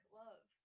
love